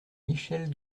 michèle